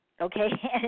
okay